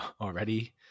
already